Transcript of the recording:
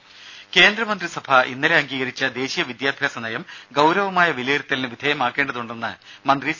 രുഭ കേന്ദ്രമന്ത്രിസഭ ഇന്നലെ അംഗീകരിച്ച ദേശീയ വിദ്യാഭ്യാസ നയം ഗൌരവമായ വിലയിരുത്തലിന് വിധേയമാക്കേണ്ടതുണ്ടെന്ന് മന്ത്രി സി